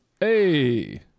Hey